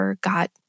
got